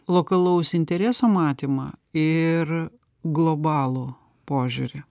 lokalaus intereso matymą ir globalų požiūrį